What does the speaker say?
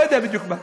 לא יודע בדיוק מה.